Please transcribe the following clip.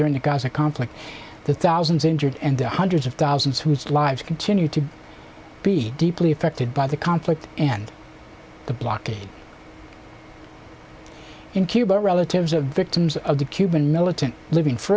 during the gaza conflict the thousands injured and the hundreds of thousands whose lives continue to be deeply affected by the conflict and the blockade in cuba relatives of victims of the cuban militant living